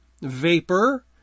vapor